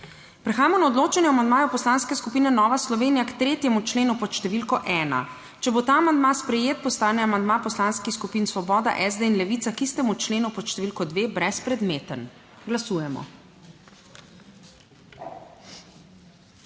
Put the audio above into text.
Prehajamo na odločanje o amandmaju Poslanske skupine Nova Slovenija k 3. členu pod številko ena. Če bo ta amandma sprejet, postane amandma poslanskih skupin Svoboda, SD in Levica k istemu členu pod številko dve brezpredmeten. Glasujemo.